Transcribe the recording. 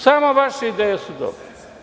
Samo vaše ideje su dobre.